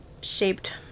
shaped